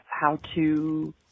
how-to